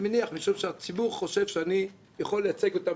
אני מניח שהציבור חושב שאני יכול לייצג אותם